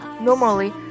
normally